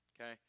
okay